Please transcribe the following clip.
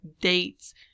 dates